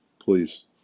please